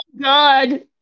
God